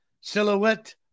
Silhouette